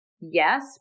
Yes